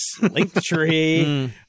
Linktree